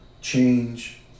change